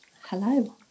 Hello